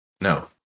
No